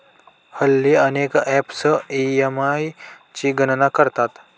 हल्ली अनेक apps EMI ची गणना करतात